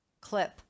clip